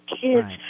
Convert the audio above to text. kids